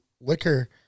liquor